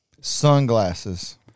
Sunglasses